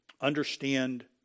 understand